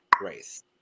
Race